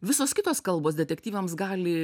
visos kitos kalbos detektyvams gali